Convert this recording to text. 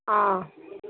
অ'